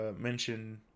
mention